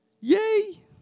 Yay